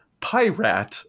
pirate